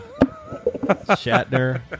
Shatner